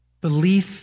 belief